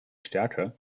stärker